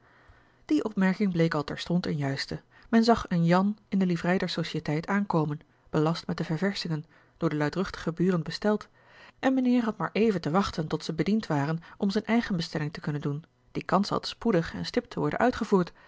die opmerking bleek al terstond eene juiste men zag een jan in de livrei der sociëteit aankomen belast met de ververschingen door de luidruchtige buren besteld en mijnheer had maar even te wachten tot ze bediend waren om zijne eigene bestelling te kunnen doen die kans had spoedig en stipt te worden uitgevoerd